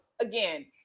again